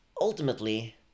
ultimately